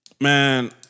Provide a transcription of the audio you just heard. Man